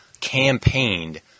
campaigned